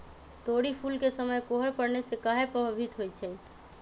तोरी फुल के समय कोहर पड़ने से काहे पभवित होई छई?